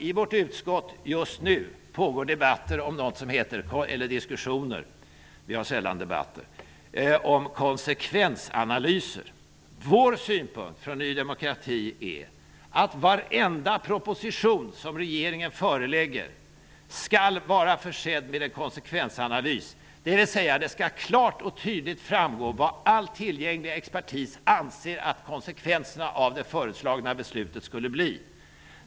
I vårt utskott pågår just nu diskussioner -- vi har sällan debatter -- om konsekvensanalyser. Ny demokratis synpunkt är att varenda proposition som regeringen förelägger riksdagen skall vara försedd med en konsekvensanalys. Det skall alltså klart och tydligt framgå vad all tillgänglig expertis anser att konsekvenserna av det föreslagna beslutet skulle bli.